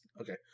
Okay